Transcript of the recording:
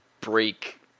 break